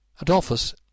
Adolphus